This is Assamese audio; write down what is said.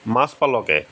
মাছ পালকে